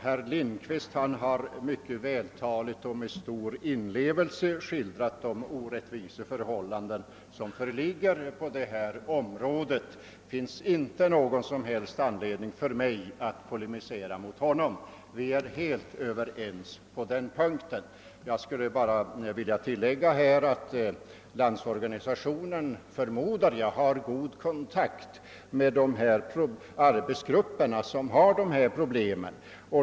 Herr Lindkvist har mycket vältaligt och med stor inlevelse skildrat de orättvisa förhållanden som föreligger på detta område. Det finns inte någon som helst anledning för mig att polemisera mot honom. Vi är helt överens på den punkten. Jag förmodar att Landsorganisationen har god kontakt med de arbetsgrupper som har dessa problem.